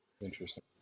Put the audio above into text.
Interesting